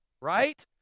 right